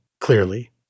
clearly